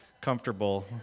comfortable